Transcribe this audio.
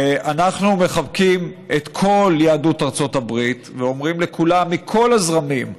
ואנחנו מחבקים את כל יהדות ארצות הברית ואומרים לכולם מכל הזרמים: